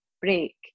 break